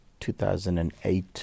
2008